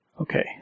Okay